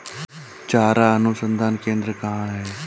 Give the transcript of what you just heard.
चारा अनुसंधान केंद्र कहाँ है?